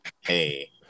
Hey